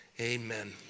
amen